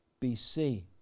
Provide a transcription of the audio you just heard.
BC